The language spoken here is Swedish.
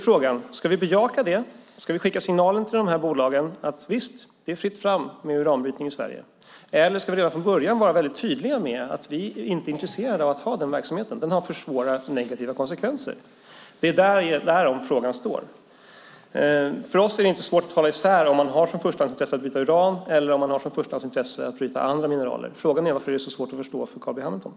Frågan är om vi ska bejaka det och skicka signalen till dessa bolag att visst, det är fritt fram med uranbrytning i Sverige, eller om vi redan från början ska vara tydliga med att vi inte är intresserade av att ha den verksamheten här eftersom den har för stora negativa konsekvenser. Det är därom frågan handlar. För oss är det inte svårt att hålla isär förstahandsintresset att bryta uran eller förstahandsintresset att bryta andra mineraler. Frågan är varför det är så svårt för Carl B Hamilton att förstå det.